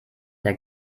der